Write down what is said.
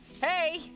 Hey